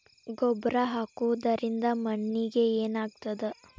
ಗೊಬ್ಬರ ಹಾಕುವುದರಿಂದ ಮಣ್ಣಿಗೆ ಏನಾಗ್ತದ?